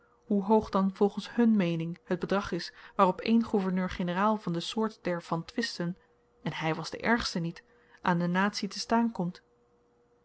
hoe hoog dan volgens hun meening t bedrag is waarop één gouverneurgeneraal van de soort der van twisten en hy was de ergste niet aan de natie te staan komt